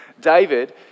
David